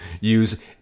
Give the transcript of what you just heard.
use